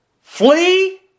Flee